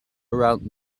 around